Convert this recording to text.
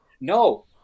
no